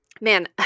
Man